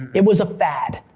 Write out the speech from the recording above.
it was a fad.